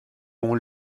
mon